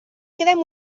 quedem